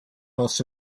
also